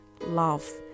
love